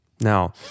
Now